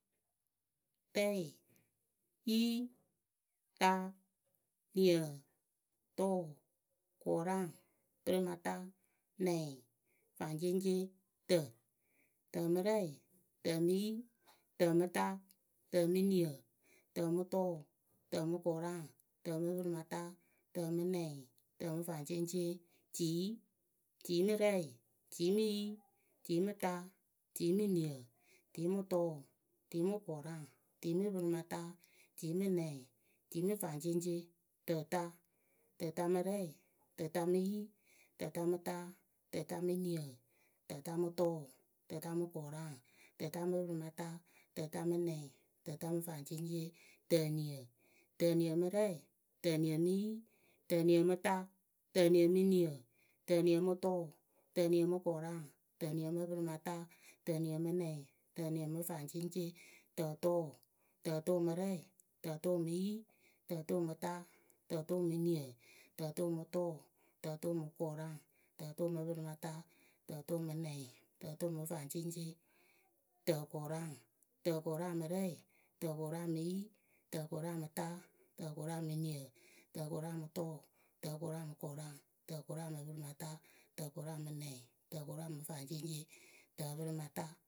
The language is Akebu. Rɛyɩ, yi, ta, niǝ. tʊʊ, kʊraŋ, pǝrɩmata nɛŋ, faŋceŋceŋ, tǝ. tǝ mɨ rɛŋ, tǝ mɨ yi, tǝ mɨ ta, tǝ mɨ niǝ, tǝ mɨ tʊʊ, tǝ mɨ kʊraŋ, tǝ mɨ pǝrɩmata, tǝ mɨ nɛŋ, tǝ mɨ faŋceŋceŋ, tiyi, tiyi mɨ rɛŋ, tiyi mɨ yi, tiyi mɨ ta, tiyi mɨ niǝ, tiyi mɨ tʊʊ, tiyi mɨ kʊra, tiyi mɨ pǝrɩmata, tiyi mɨ nɛŋ tiyi mɨ faŋceŋceŋ, tǝta. tǝta mɨ rɛŋ, tǝta mɨ yi, tǝta mɨ ta, tǝta mɨ niǝ, tǝta mɨ tʊʊ, tǝta mɨ kʊraŋ, tǝta mɨ pǝrɩmata, tǝta mɨ nɛŋ, tǝta mɨ faŋceŋceŋ. tiniǝ, tiniǝ mɨ rɛŋ, tiniǝ mɨ yi, tiniǝ mɨ ta, tiniǝ mɨ niǝ, tiniǝ mɨ tʊʊ, tiniǝ mɨ kʊraŋ, tiniǝ mɨ pǝrɩmata, tiniǝ mɨ nɛŋ, tiniǝ mɨ faŋceŋceŋ. tǝtʊʊ, tǝtʊʊ mɨ rɛyɩ, tǝtʊʊ mɨ yi, tǝtʊʊ mɨ ta, tǝtʊʊ mɨ niǝ, tǝtʊʊ mɨ tʊʊ. tǝtʊʊ mɨ kʊraŋ, tǝtʊʊ mɨ pɨrɩmata, tǝtʊʊ mɨ nɛŋ, tǝtʊʊ faŋceŋceŋ. tǝkʊraŋ, tǝkʊraŋ mɨ rɛyɩ, tǝkʊraŋ mɨ yi, tǝkʊraŋ mɨ ta, tǝkʊraŋ mɨ niǝ, tǝkʊraŋ mɨ tʊʊ, tǝkʊraŋ mɨ kʊraŋ, tǝkʊraŋ mɨ pɨrɩmata, tǝkʊraŋ mɨ nɛŋ, tǝkʊraŋ mɨ faŋceŋceŋ. tǝpɨrɩmata.